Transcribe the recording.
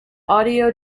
audio